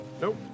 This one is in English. nope